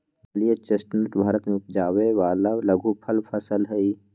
जलीय चेस्टनट भारत में उपजावे वाला लघुफल फसल हई